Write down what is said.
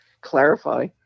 clarify